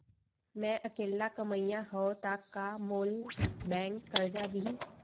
मैं अकेल्ला कमईया हव त का मोल बैंक करजा दिही?